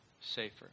safer